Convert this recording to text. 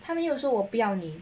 他没有说我不要你